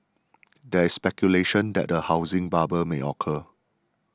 there is speculation that a housing bubble may occur